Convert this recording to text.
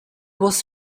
was